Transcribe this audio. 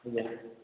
ଆଜ୍ଞା